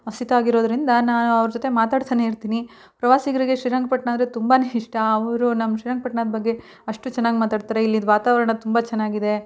ಅಸಿದಾಗಿರೋದ್ರಿಂದ ನಾನು ಅವ್ರ ಜೊತೆ ಮಾತಾಡ್ತನೇ ಇರ್ತೀನಿ ಪ್ರವಾಸಿಗರಿಗೆ ಶ್ರೀರಂಗಪಟ್ಣ ಅಂದರೆ ತುಂಬನೇ ಇಷ್ಟ ಅವರು ನಮ್ಮ ಶ್ರೀರಂಗ್ಪಟ್ಣದ ಬಗ್ಗೆ ಅಷ್ಟು ಚೆನ್ನಾಗಿ ಮಾತಾಡ್ತಾರೆ ಇಲ್ಲಿದ್ದು ವಾತಾವರಣ ತುಂಬ ಚೆನ್ನಾಗಿದೆ